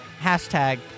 Hashtag